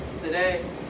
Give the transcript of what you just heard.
Today